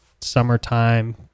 summertime